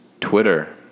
Twitter